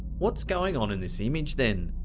what's going on in this image then?